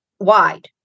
wide